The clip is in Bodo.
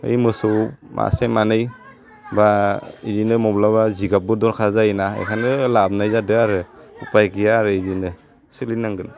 बै मोसौ मासे मानै बा इदिनो मब्लाबा जिगाब्बो दरखार जायोना एखायनो लाबोनाय जादो आरो उफाय गैया आरो इदिनो सोलिनांगोन